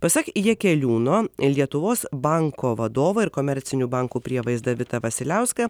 pasak jakeliūno lietuvos banko vadovo ir komercinių bankų prievaizdą vitą vasiliauską